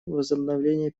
возобновление